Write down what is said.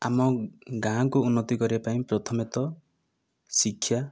ଆମ ଗାଁକୁ ଉନ୍ନତି କରିବା ପାଇଁ ପ୍ରଥମତଃ ଶିକ୍ଷା